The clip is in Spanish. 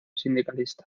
sindicalista